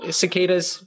cicadas